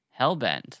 Hellbent